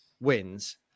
wins